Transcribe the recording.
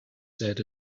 said